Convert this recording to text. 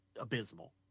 abysmal